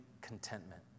contentment